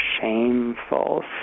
shameful